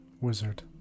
wizard